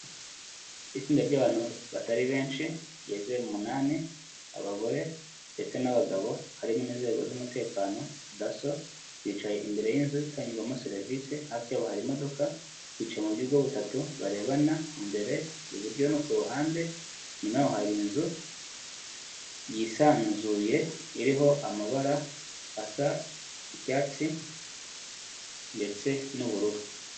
Itsinda ry'abantu batari benshi, bageze mu munani, abagore ndetse n'abagabo, harimo n'inzego z'umutekano, Dasso, bicaye imbere y'inzu itangigirwamo serivisi, hafi yabo hari imodoka. Biceye mu buryo butatu barebana, imbere, iburyo no ku ruhande. Inyuma yaho hari inzu yisanzuye, iriho amabara asa icyatsi ndetse n'ubururu.